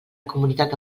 comunitat